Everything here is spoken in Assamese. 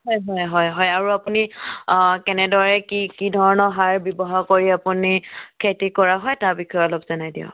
হয় হয় হয় হয় আৰু আপুনি কেনেদৰে কি কি ধৰণৰ সাৰ ব্যৱহাৰ কৰি আপুনি খেতি কৰা হয় তাৰ বিষয়ে অলপ জনাই দিয়ক